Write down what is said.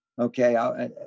Okay